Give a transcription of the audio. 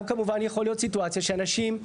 גם כמובן יכול להיות סיטואציה שאנשים,